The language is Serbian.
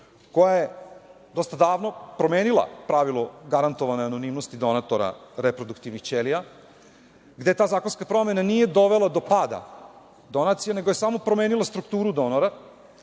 koja je dosta davno promenila pravilo garantovane anonimnosti donatora reproduktivnih ćelija, gde ta zakonska promena nije dovela do pada donacija nego je samo promenila strukturu donora,